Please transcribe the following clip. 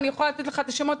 אני יכולה לתת לך את השמות,